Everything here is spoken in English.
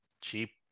cheap